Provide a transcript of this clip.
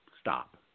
Stop